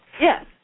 Yes